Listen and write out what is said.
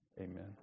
Amen